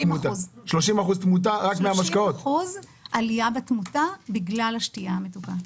30% עלייה בתמותה בגלל השתייה המתוקה.